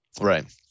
Right